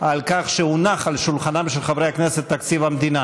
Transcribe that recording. על כך שהונח על שולחנם של חברי הכנסת תקציב המדינה,